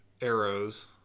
arrows